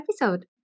episode